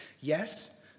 Yes